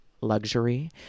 luxury